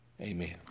amen